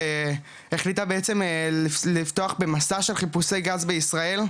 והחליטה בעצם לפתוח במסע של חיפושי גז בישראל,